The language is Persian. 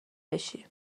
بشی